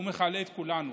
הוא מכלה את כולנו,